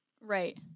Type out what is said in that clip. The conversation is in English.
Right